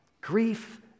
grief